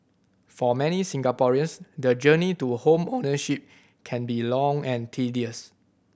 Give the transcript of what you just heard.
for many Singaporeans the journey to home ownership can be long and tedious